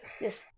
Yes